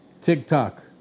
TikTok